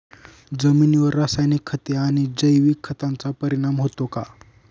जमिनीवर रासायनिक खते आणि जैविक खतांचा परिणाम होतो का?